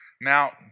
Now